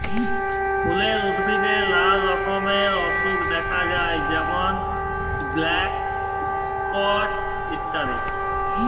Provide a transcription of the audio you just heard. ফুলের উদ্ভিদে লালা রকমের অসুখ দ্যাখা যায় যেমল ব্ল্যাক স্পট ইত্যাদি